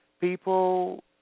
people